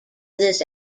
this